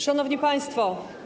Szanowni Państwo!